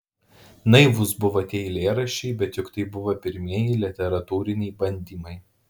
naivūs buvo tie eilėraščiai bet juk tai buvo pirmieji literatūriniai bandymai